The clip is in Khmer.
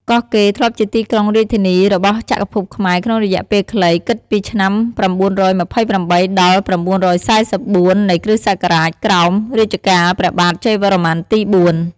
កោះកេរធ្លាប់ជាទីក្រុងរាជធានីរបស់ចក្រភពខ្មែរក្នុងរយៈពេលខ្លី គិតពីឆ្នាំ ៩២៨ ដល់ ៩៤៤ នៃគ.ស. ក្រោមរជ្ជកាលព្រះបាទជ័យវរ្ម័នទី ៤។